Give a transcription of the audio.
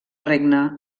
regne